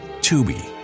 Tubi